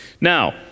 Now